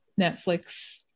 netflix